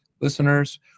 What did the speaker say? listeners